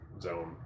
zone